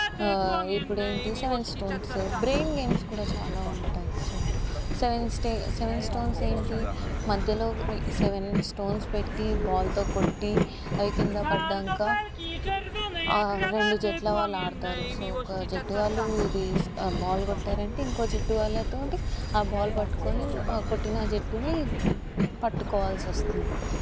ఇప్పుడు ఏంటి seven stones brain games కూడా చాలా ఉంటాయి సో సెవెన్ సెవెన్ స్టోన్స్ ఏంటి మధ్యలో సెవెన్ స్టోన్స్ పెట్టి బాల్తో కొట్టి అది కింద పడ్డాక రెండు జట్ల వాళ్ళు ఆడుతారు సో ఒక జుట్టువాళ్లు ఇది బాలు కొట్టారంటే ఇంకో జట్టు వాళ్లతోటి ఆ బాల్ పట్టుకొని కొట్టిన జట్టుని పట్టుకోవాల్సి వస్తుంది